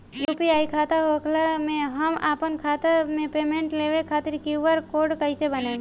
UPI खाता होखला मे हम आपन खाता मे पेमेंट लेवे खातिर क्यू.आर कोड कइसे बनाएम?